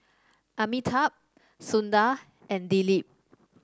Amitabh Sundar and Dilip